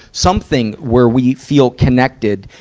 something where we feel connected.